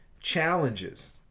challenges